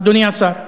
אדוני השר,